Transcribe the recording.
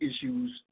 issues